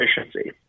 efficiency